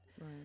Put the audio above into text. Right